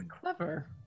Clever